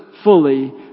fully